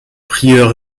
prieur